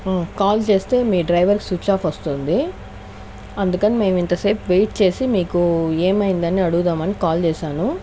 call చేస్తే మీ డ్రైవర్కి స్విచాఫ్ వస్తుంది అందుకనే మేము ఇంతసేపు వెయిట్ చేసి మీకు ఏమైందని అడుగుదామని కాల్ చేశాను